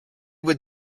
would